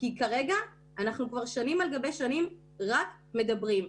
כרגע אנחנו כבר שנים על גבי שנים רק מדברים.